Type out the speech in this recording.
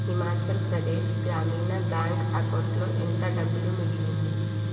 హిమాచల్ ప్రదేశ్ గ్రామీణ బ్యాంక్ అకౌంటులో ఎంత డబ్బులు మిగిలింది